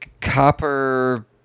Copper